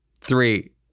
Three